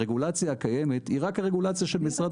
הרגולציה הקיימת היא רק רגולציה של משרד